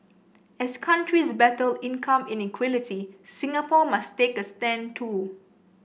as countries battle income inequality Singapore must take a stand too